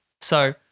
So-